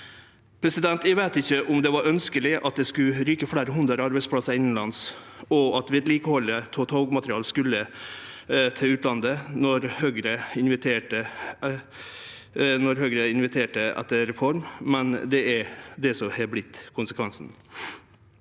Eg veit ikkje om det var ønskjeleg at det skulle ryke fleire hundre arbeidsplassar innanlands og at vedlikehaldet av togmateriellet skulle til utlandet då Høgre inviterte til reform, men det er det som har vorte konsekvensen.